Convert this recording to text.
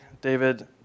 David